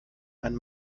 ein